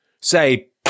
say